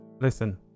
Listen